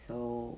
so